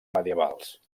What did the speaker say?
medievals